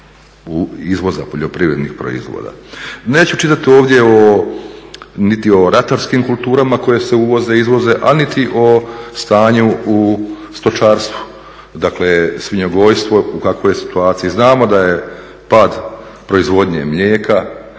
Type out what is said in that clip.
izvoda poljoprivrednih proizvoda. Neću čitati ovdje niti o ratarskim kulturama koje se uvoze, izvoze a niti o stanju u stočarstvu, dakle svinjogojstvo u kakvoj je situaciji, znamo da je pad proizvodnje mlijeka,